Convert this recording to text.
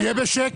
נתי, תהיה בשקט.